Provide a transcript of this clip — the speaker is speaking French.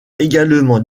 également